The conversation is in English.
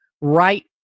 right